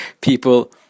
people